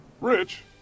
Rich